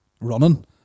Running